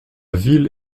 ville